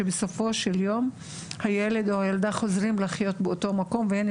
שבסופו של יום הילד או הילד חוזרים לחיות באותו המקום והנה,